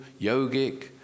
yogic